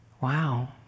Wow